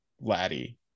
Laddie